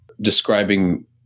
describing